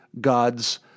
gods